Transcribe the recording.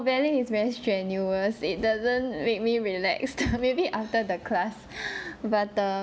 ballet is very strenuous it doesn't make me relax maybe after the class but err